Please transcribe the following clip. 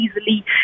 easily